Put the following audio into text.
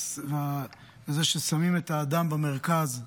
וזה ששמים את האדם במרכז,